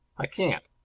i can't.